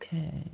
Okay